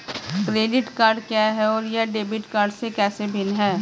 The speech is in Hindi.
क्रेडिट कार्ड क्या है और यह डेबिट कार्ड से कैसे भिन्न है?